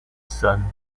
son